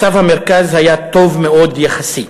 מצב המרכז היה טוב מאוד, יחסית,